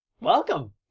Welcome